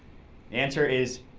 answer is,